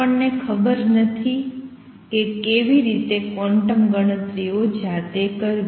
આપણને ખબર નથી કે કેવી રીતે ક્વોન્ટમ ગણતરીઓ જાતે કરવી